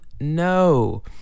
No